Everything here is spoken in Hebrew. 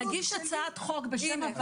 נגיש הצעת חוק בשם הוועדה.